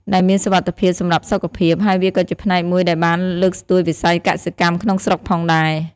ដែលមានសុវត្ថិភាពសម្រាប់សុខភាព ហើយវាក៏ជាផ្នែកមួយដែលបានលើកស្ទួយវិស័យកសិកម្មក្នុងស្រុកផងដែរ។